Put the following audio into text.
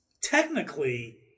technically